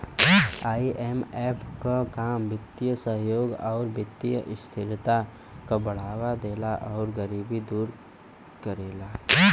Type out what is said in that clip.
IMF क काम वित्तीय सहयोग आउर वित्तीय स्थिरता क बढ़ावा देला आउर गरीबी के दूर करेला